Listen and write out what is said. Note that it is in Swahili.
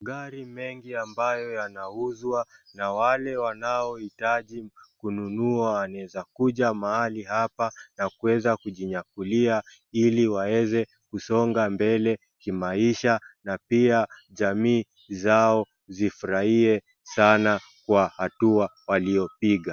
Gari mengi ambayo yanauzwa na wale wanaohitaji kununua wanaweza kuja mahali hapa na kuweza kujinyakulia ili waeze kusonga mbele kimaisha, na pia jamii zao zifurahie sana kwa hatua waliyopiga.